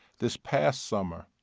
this past summer,